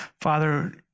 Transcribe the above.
Father